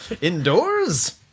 Indoors